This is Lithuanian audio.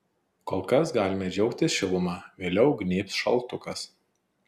kol kas galime džiaugtis šiluma vėliau gnybs šaltukas